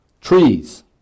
Trees